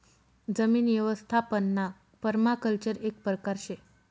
जमीन यवस्थापनना पर्माकल्चर एक परकार शे